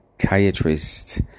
psychiatrist